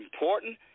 important